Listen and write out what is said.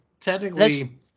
technically